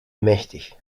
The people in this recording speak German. mächtig